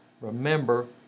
remember